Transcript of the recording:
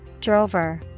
Drover